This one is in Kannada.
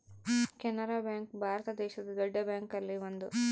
ಕೆನರಾ ಬ್ಯಾಂಕ್ ಭಾರತ ದೇಶದ್ ದೊಡ್ಡ ಬ್ಯಾಂಕ್ ಅಲ್ಲಿ ಒಂದು